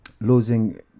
losing